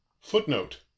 footnote